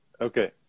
Okay